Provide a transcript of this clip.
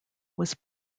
was